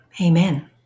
amen